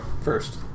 first